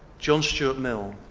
john stuart mill